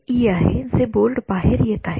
ठीक आहे तर हे इ आहे जे बोर्ड बाहेर येत आहे